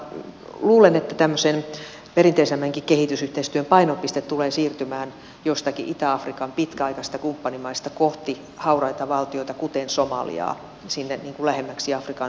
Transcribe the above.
mutta luulen että tämmöisen perinteisemmänkin kehitysyhteistyön painopiste tulee siirtymään joistakin itä afrikan pitkäaikaisista kumppanimaista kohti hauraita valtioita kuten somaliaa sinne lähemmäksi afrikan sarvea vielä